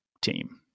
team